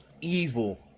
evil